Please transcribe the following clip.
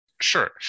Sure